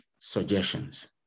suggestions